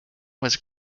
was